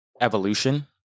Evolution